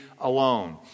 alone